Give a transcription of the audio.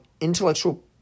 Intellectual